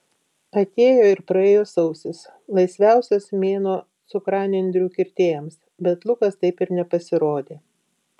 atėjo ir praėjo sausis laisviausias mėnuo cukranendrių kirtėjams bet lukas taip ir nepasirodė